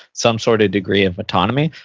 some sort of degree of autonomy.